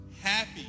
Happy